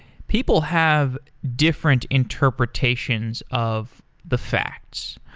people have different interpretations of the facts.